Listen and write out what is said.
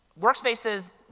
Workspaces